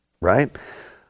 Right